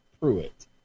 Pruitt